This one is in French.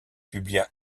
publia